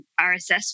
RSS